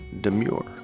Demure